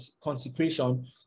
consecration